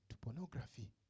pornography